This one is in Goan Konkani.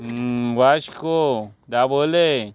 वास्को दाबोले